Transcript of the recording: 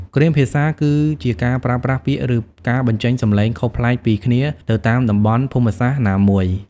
គ្រាមភាសាគឺជាការប្រើប្រាស់ពាក្យ ឬការបញ្ចេញសំឡេងខុសប្លែកពីគ្នាទៅតាមតំបន់ភូមិសាស្ត្រណាមួយ។